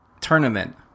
tournament